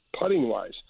putting-wise